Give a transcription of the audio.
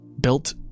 built